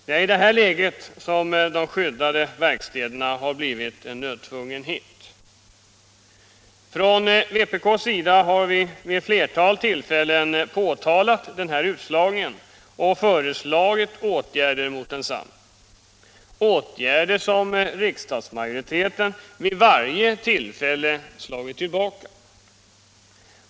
Det är i detta läge som de skyddade verkstäderna har blivit en nödvändighet. Från vpk:s sida har vi vid ett flertal tillfällen påtalat den här utslagningen och begärt åtgärder mot den — åtgärder som riksdagsmajoriteten vid varje tillfälle slagit tillbaka.